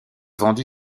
vendue